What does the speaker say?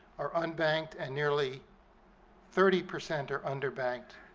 are unbanked, and nearly thirty percent are underbanked.